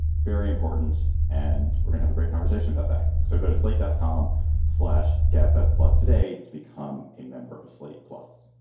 very important. and have a great conversation about that. so go to sleep. dot com slash gab fest. plus today to become a member of slate plus.